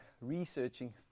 researching